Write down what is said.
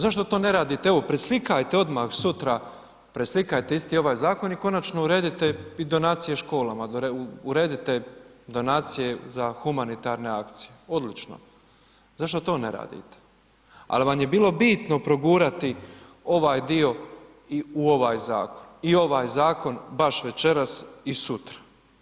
Zašto to ne radite, evo preslikajte odmah sutra, preslikajte isti ovaj zakon i konačno uredite i donacije školama, uredite donacije za humanitarne akcije, odlično, zašto to ne radite, al vam je bilo bitno progurati ovaj dio u ovaj zakon i ovaj zakon baš večeras i sutra.